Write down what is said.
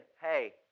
hey